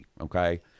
Okay